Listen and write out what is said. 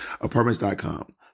Apartments.com